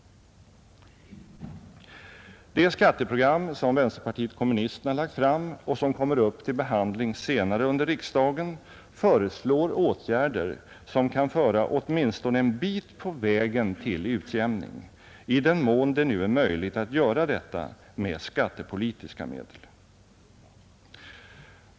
Det skatteprogram som vänsterpartiet kommunisterna lagt fram och som kommer upp till behandling senare under riksdagen föreslår åtgärder som kan föra åtminstone en bit på vägen till utjämning, i den mån det nu är möjligt att göra detta med skattepolitiska medel.